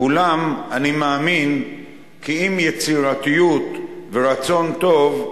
אולם אני מאמין כי עם יצירתיות ורצון טוב,